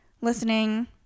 listening